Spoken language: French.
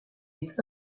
est